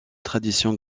traditions